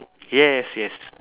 yes yes